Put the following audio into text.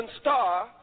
star